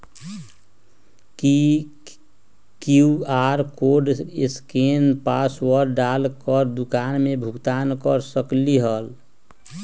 QR code scan password डाल कर दुकान में भुगतान कर सकलीहल?